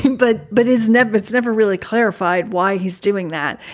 it but but is never it's never really clarified why he's doing that.